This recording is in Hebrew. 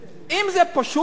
אם זה פשוט מה,